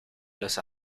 los